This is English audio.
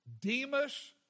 Demas